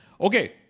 Okay